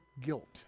guilt